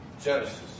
Genesis